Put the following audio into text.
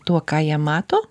tuo ką jie mato